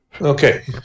Okay